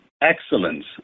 excellence